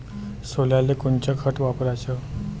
सोल्याले कोनचं खत वापराव?